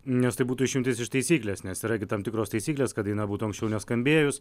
nes tai būtų išimtis iš taisyklės nes yra gi tam tikros taisyklės kad daina būtų anksčiau neskambėjus